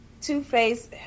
Two-Face